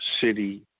city